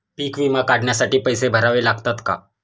पीक विमा काढण्यासाठी पैसे भरावे लागतात का?